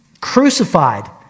crucified